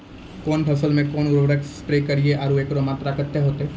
कौन फसल मे कोन उर्वरक से स्प्रे करिये आरु एकरो मात्रा कत्ते होते?